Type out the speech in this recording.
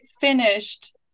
finished